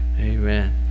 Amen